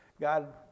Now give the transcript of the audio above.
God